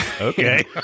Okay